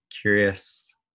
curious